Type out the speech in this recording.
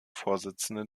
vorsitzende